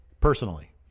personally